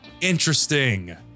interesting-